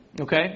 okay